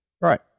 Right